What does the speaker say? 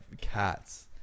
cats